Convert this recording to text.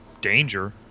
danger